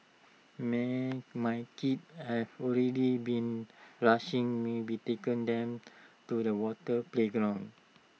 my kids have already been rushing me be taken them to the water playground